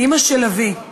אימא של לביא.